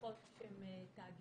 לקוחות שהם תאגידים,